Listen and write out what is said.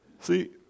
See